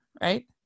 right